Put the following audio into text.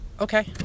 okay